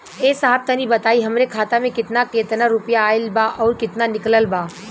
ए साहब तनि बताई हमरे खाता मे कितना केतना रुपया आईल बा अउर कितना निकलल बा?